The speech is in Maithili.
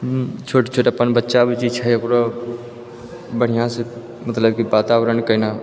छोट छोट अपन बच्चा बुच्ची छै ओकरो बढ़िऑं सऽ मतलब कि वातावरण केना